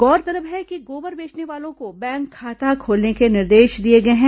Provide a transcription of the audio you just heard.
गौरतलब है कि गोबर बेचने वालो को बैंक खाता खोलने के निर्देश दिए गए हैं